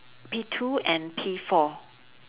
P two and P four